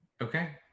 Okay